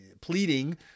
pleading